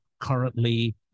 currently